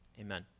Amen